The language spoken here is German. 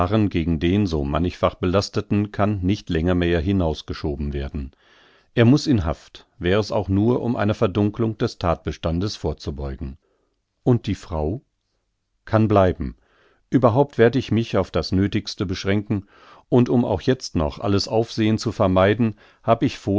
gegen den so mannigfach belasteten kann nicht länger mehr hinausgeschoben werden er muß in haft wär es auch nur um einer verdunklung des thatbestandes vorzubeugen und die frau kann bleiben überhaupt werd ich mich auf das nöthigste beschränken und um auch jetzt noch alles aufsehen zu vermeiden hab ich